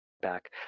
back